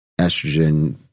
estrogen